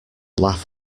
laugh